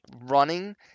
running